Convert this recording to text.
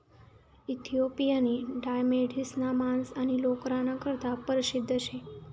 इथिओपियानी डाय मेढिसना मांस आणि लोकरना करता परशिद्ध शे